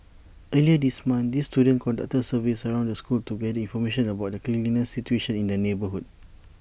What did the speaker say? earlier this month these students conducted surveys around the school to gather information about the cleanliness situation in the neighbourhood